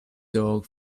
dog